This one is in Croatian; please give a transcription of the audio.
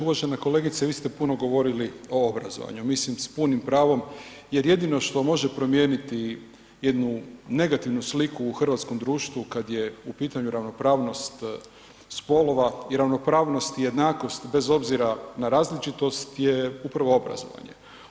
Uvažena kolegice vi ste puno govorili o obrazovanju, mislim s punim pravom jer jedino što može promijeniti jednu negativnu sliku u hrvatskom društvu kad je u pitanju ravnopravnost spolova i ravnopravnost i jednakost bez obzira na različitost je upravo obrazovanje.